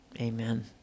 amen